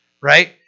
right